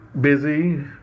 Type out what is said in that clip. Busy